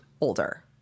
older